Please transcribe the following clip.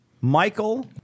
Michael